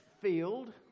field